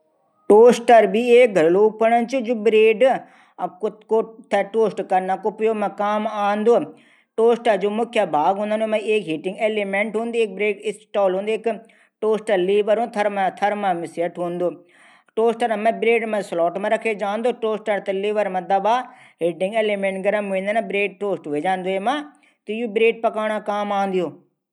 टोस्टर भी एक घरेलू उपकरण जू ब्रेड थै टोस्ट कनो काम मा आंदू। टोस्ट जू मुख्य भाग हूंदन ऊ हूदन हिटिग एरीमेंट बेल स्टॉल हूदू टोस्टर लेवल हूंदू थरमासैट हूदू टोस्टर मा ब्रेड मा सार्ट मा रखे जांदू टोस्टर थै लीवर मा दबा एरीमेट गर्म हुवे जांदू और ब्रेड तैयार ह्वे जांदू।